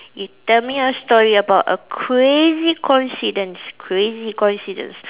you tell me a story about a crazy coincidence crazy coincidence